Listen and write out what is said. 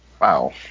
Wow